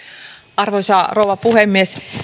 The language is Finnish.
arvoisa rouva puhemies